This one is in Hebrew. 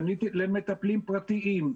פניתי למטפלים פרטיים,